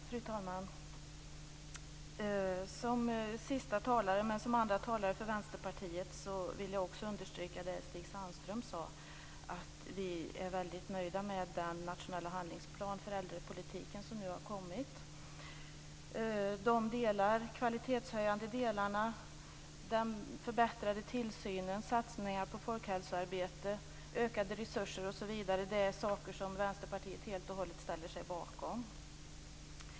Fru talman! Som sista talare, men som andra talare för Vänsterpartiet, vill jag understryka det som Stig Sandström sade om att vi är väldigt nöjda med den nationella handlingsplan för äldrepolitiken som nu har kommit. De kvalitetshöjande delarna, den förbättrade tillsynen, satsningarna på folkhälsoarbete, ökade resurser osv. är saker som Vänsterpartiet helt och hållet ställer sig bakom.